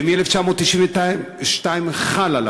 ומ-1992 הוא חל.